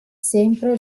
sempre